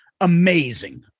amazing